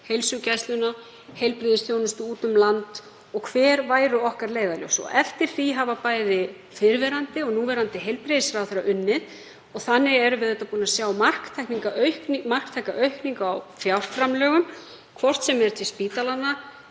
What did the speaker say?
heilsugæsluna og heilbrigðisþjónustu úti um land og hver væru okkar leiðarljós, og eftir því hafa bæði fyrrverandi og núverandi heilbrigðisráðherra unnið. Þannig erum við búin að sjá marktæka aukningu á fjárframlögum, hvort sem er til spítalanna,